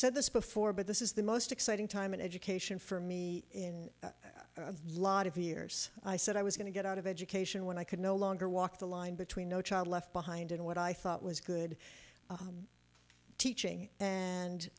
said this before but this is the most exciting time in education for me in a lot of years i said i was going to get out of education when i could no longer walk the line between no child left behind and what i thought was good teaching and